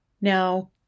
Now